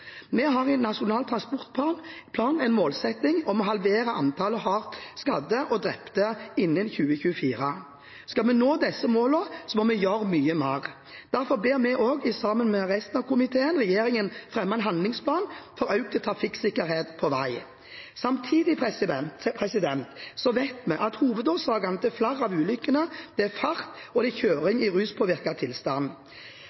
Vi har i Nasjonal transportplan en målsetting om å halvere antallet hardt skadde og drepte innen 2024. Skal vi nå disse målene, må vi gjøre mye mer. Derfor ber vi også, sammen med resten av komiteen, regjeringen fremme en handlingsplan for økt trafikksikkerhet på vei. Samtidig vet vi at hovedårsaken til flere av ulykkene er fart og